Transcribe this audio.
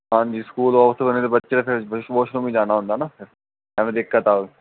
ਹਾਂਜੀ school off ਹੋਣ ਤੇ ਬੱਚੇ ਫਿਰ ਵਿਛ ਬੋਛ ਰੂਮ ਜਾਣਾ ਹੁੰਦਾ ਨਾ ਫਿਰ ਐਵੇਂ ਦਿੱਕਤ ਆਏ